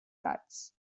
cards